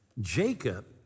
Jacob